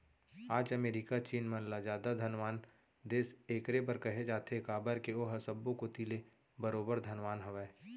आज अमेरिका चीन मन ल जादा धनवान देस एकरे बर कहे जाथे काबर के ओहा सब्बो कोती ले बरोबर धनवान हवय